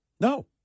No